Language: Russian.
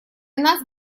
нас